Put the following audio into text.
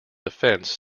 defense